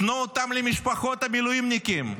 תנו אותם למשפחות המילואימניקים,